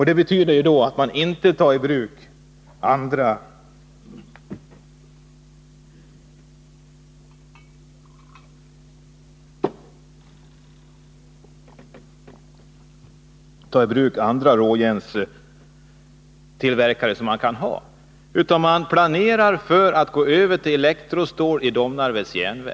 Det betyder då att man inte tar i bruk andra råjärnstillverkare som man kan ha. Man planerar för att gå över till elektrostålsframställning i Domnarvets Jernverk.